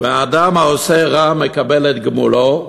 והאדם שעושה רע מקבל את גמולו.